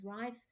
rife